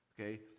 Okay